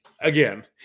Again